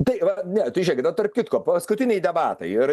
tai va ne tai žiūrėkit o tarp kitko paskutiniai debatai ir